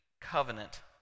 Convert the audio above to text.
covenant